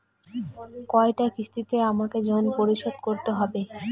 কয়টা কিস্তিতে আমাকে ঋণ পরিশোধ করতে হবে?